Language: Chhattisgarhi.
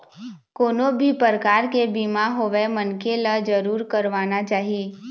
कोनो भी परकार के बीमा होवय मनखे ल जरुर करवाना चाही